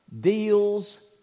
deals